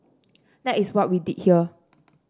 that is what we did here